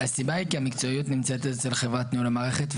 כי המקצועיות נמצאת אצל חברת ניהול המערכת,